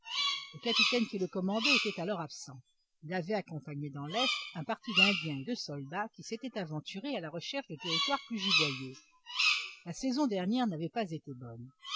le capitaine qui le commandait était alors absent il avait accompagné dans l'est un parti d'indiens et de soldats qui s'étaient aventurés à la recherche de territoires plus giboyeux la saison dernière n'avait pas été bonne